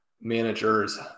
managers